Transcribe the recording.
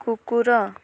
କୁକୁର